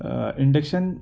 induction